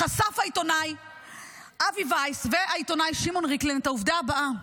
חשפו העיתונאי אבי וייס והעיתונאי שמעון ריקלין את העובדה הבאה,